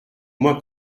moins